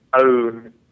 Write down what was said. own